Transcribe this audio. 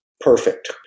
Perfect